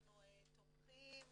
אנחנו תומכים